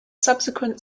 subsequent